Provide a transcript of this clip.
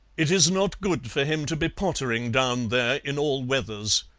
it is not good for him to be pottering down there in all weathers,